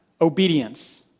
obedience